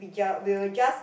we will just